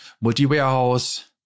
multi-warehouse